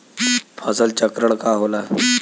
फसल चक्रण का होला?